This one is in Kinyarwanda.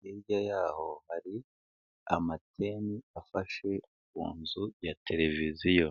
hirya y'aho hari amateni afashe ku nzu ya televiziyo.